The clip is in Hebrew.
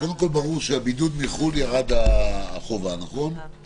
קודם כול ברור שעל הבידוד מחו"ל ירדה החובה למלונית,